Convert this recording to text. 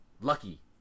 lucky